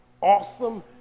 awesome